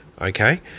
Okay